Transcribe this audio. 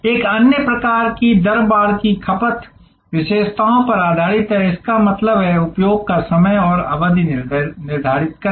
एक अन्य प्रकार की दर बाड़ की खपत विशेषताओं पर आधारित है इसका मतलब है उपयोग का समय और अवधि निर्धारित करें